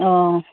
অ